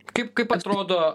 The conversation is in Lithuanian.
kaip kaip atrodo